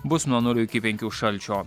bus nuo nulio iki penkių šalčio